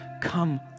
come